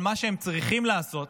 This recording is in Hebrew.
אבל מה שהם צריכים לעשות